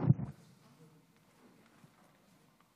אדוני היושב-ראש,